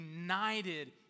united